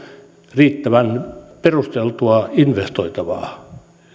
riittävän perusteltua investoitavaa